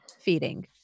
feeding